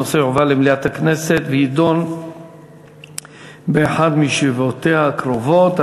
הנושא יועבר למליאת הכנסת ויידון באחת מישיבותיה הקרובות.